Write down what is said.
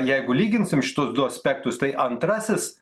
jeigu lyginsim šitus du aspektus tai antrasis